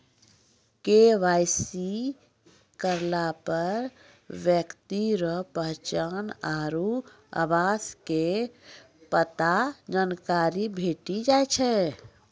KYC करलापर ब्यक्ति रो पहचान आरु आवास पता के जानकारी भेटी जाय छै